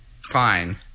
Fine